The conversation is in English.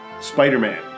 Spider-Man